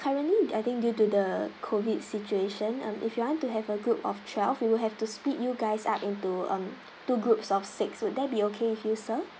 currently I think due to the COVID situation um if you want to have a group of twelve we will have to split you guys up into um two groups of six would that be okay with you sir